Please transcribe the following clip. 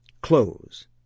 Close